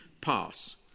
pass